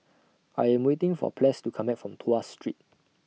I Am waiting For Ples to Come Back from Tuas Street